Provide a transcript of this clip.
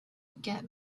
get